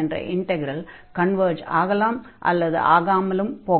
என்ற integral converge ஆகலாம் அல்லது ஆகாமல் போகலாம்